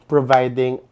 Providing